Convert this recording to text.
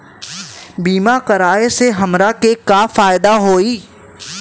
बीमा कराए से हमरा के का फायदा होई?